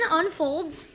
unfolds